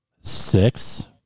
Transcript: six